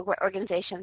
organizations